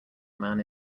man